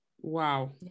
Wow